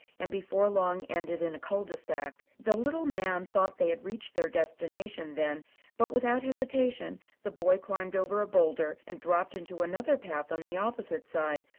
and before long ended in a cul de sac. the little man thought they had reached their destination, then but without hesitation the boy climbed over a boulder and dropped into another path on the opposite side,